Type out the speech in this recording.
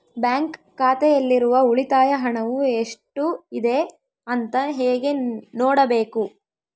Bank ಖಾತೆಯಲ್ಲಿರುವ ಉಳಿತಾಯ ಹಣವು ಎಷ್ಟುಇದೆ ಅಂತ ಹೇಗೆ ನೋಡಬೇಕು?